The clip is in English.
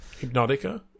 Hypnotica